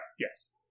Yes